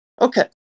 Okay